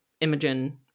Imogen